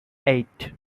eight